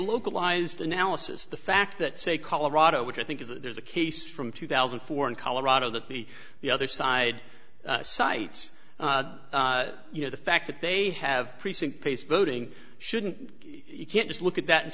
localized analysis the fact that say colorado which i think is there's a case from two thousand and four in colorado that the the other side cites you know the fact that they have precinct place voting shouldn't you can't just look at that and